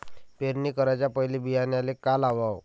पेरणी कराच्या पयले बियान्याले का लावाव?